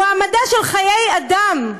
הוא העמדה של חיי אדם,